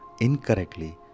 incorrectly